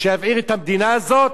שיבעיר את המדינה הזאת?